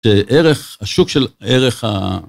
ערך השוק של ערך.